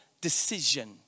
decision